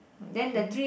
okay